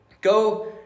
Go